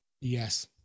Yes